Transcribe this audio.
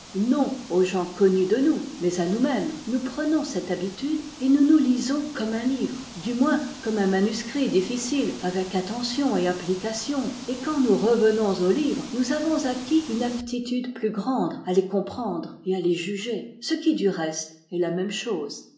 non aux gens connus de nous mais à nous-mêmes nous prenons cette habitude et nous nous lisons comme un livre du moins comme un manuscrit difficile avec attention et application et quand nous revenons aux livres nous avons acquis une aptitude plus grande à les comprendre et à les juger ce qui du reste est la même chose